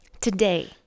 today